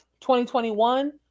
2021